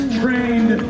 trained